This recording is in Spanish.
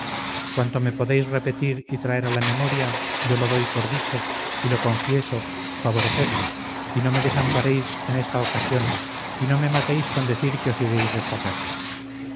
cuanto me podéis repetir y traer a la memoria yo lo doy por dicho y lo confieso favorecedme y no me desamparéis en esta ocasión y no me matéis con decir que os iréis desta casa